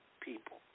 people